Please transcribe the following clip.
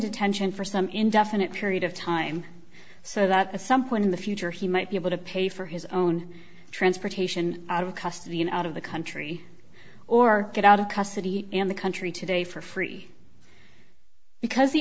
detention for some indefinite period of time so that at some point in the future he might be able to pay for his own transportation out of custody and out of the country or get out of custody in the country today for free because the